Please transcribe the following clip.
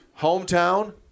Hometown